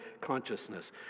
consciousness